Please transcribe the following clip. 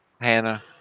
Hannah